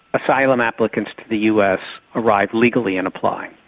asylum applicants to the us arrive legally and apply.